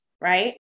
right